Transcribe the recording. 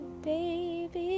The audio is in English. baby